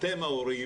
אתם ההורים,